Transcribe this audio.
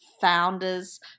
founders